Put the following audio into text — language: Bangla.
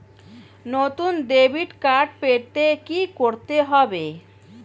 নতুন ডেবিট কার্ড পেতে কী করতে হবে?